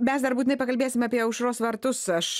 mes dar būtinai pakalbėsim apie aušros vartus aš